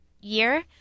year